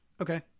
Okay